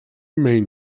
main